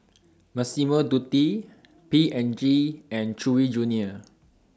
Massimo Dutti P and G and Chewy Junior